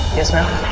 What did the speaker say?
yes, ma'am.